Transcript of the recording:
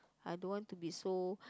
I don't want to be so